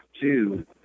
two